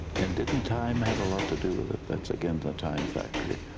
and didn't time have a lot to do with it, that's again the time factory.